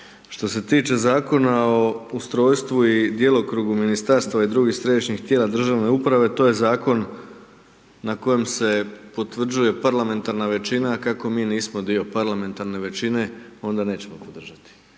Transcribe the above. Što se tiče Zakona o ustrojstvu i djelokrugu ministarstava i drugih središnjih tijela državne uprave to je zakon na kojem se potvrđuje parlamentarna većina a kako mi nismo dio parlamentarne većine onda nećemo podržati.